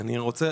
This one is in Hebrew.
אני רוצה,